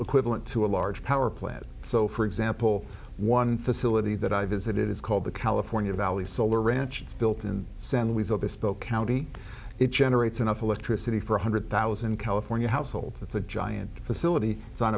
equivalent to a large power plant so for example one facility that i visited is called the california valley solar ranch it's built in san luis obispo county it generates enough electricity for one hundred thousand california households it's a giant facility